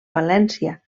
valència